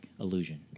illusion